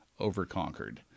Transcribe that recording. overconquered